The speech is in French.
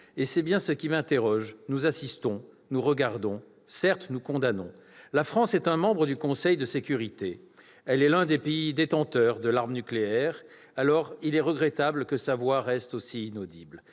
C'est bien ce qui m'interpelle : nous regardons. Certes, nous condamnons. La France est un membre du Conseil de sécurité, elle est l'un des pays détenteurs de l'arme nucléaire, dès lors il est regrettable que sa voix reste ainsi inaudible.